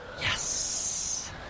Yes